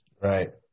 right